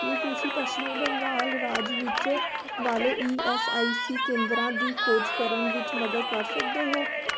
ਕੀ ਤੁਸੀਂ ਪੱਛਮੀ ਬੰਗਾਲ ਰਾਜ ਵਿੱਚ ਵਾਲੇ ਈ ਐੱਸ ਆਈ ਸੀ ਕੇਂਦਰਾਂ ਦੀ ਖੋਜ ਕਰਨ ਵਿੱਚ ਮਦਦ ਕਰ ਸਕਦੇ ਹੋ